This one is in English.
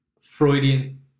Freudian